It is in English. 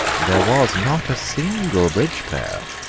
there was not a single bridge-player.